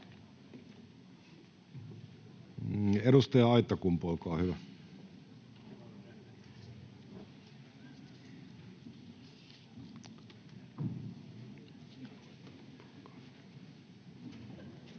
edustaja Aittakumpu, olkaa hyvä.